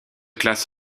classe